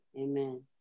Amen